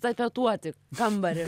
tapetuoti kambarį